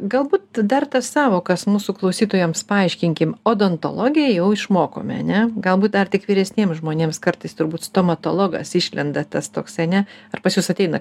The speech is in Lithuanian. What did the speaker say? galbūt dar tas sąvokas mūsų klausytojams paaiškinkim odontologija jau išmokome ar ne galbūt dar tik vyresniems žmonėms kartais turbūt stomatologas išlenda tas tas toks ar ne ar pas jus ateina